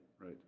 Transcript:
right